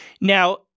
Now